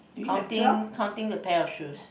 counting counting the pair of shoes